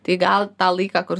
tai gal tą laiką kur